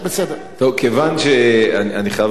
כיוון שאני חייב לומר לך,